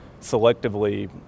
selectively